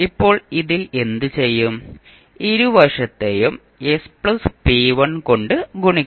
ഇപ്പോൾ ഇതിൽ എന്തുചെയ്യും ഇരുവശത്തെയും s പ്ലസ് p1 കൊണ്ട് ഗുണിക്കും